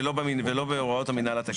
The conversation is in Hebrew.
ולא בהוראות המינהל התקין.